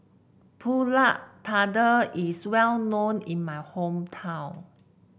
pulut Tatal is well known in my hometown